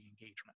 engagement